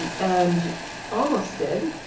and and almost did.